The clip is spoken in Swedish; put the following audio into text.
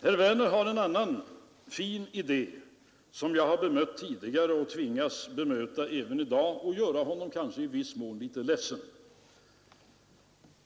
Herr Werner har en annan fin idé som jag har bemött tidigare och tvingas bemöta även i dag och kanske göra honom litet ledsen.